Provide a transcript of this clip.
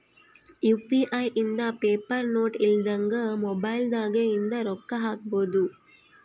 UPI ಇಂದ paper note ಇಲ್ದಂಗ mobile ದಾಗ ಇಂದ ರೊಕ್ಕ ಹಕ್ಬೊದು